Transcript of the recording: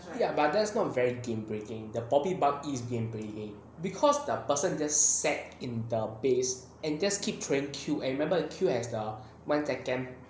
ya but that's not very game breaking the poppy buck is game breaking because the person just sat in the base and just keep training kill and remember kill has the one second